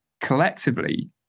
collectively